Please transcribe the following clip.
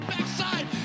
Backside